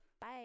Bye